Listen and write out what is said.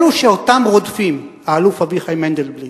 אלה שאותם רודפים האלוף אביחי מנדלבליט,